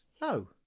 No